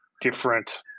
different